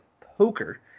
poker